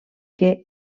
que